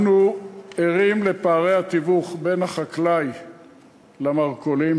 אנחנו ערים לפערי התיווך בין החקלאי למרכולים,